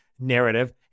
narrative